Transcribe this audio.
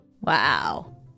Wow